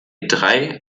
drei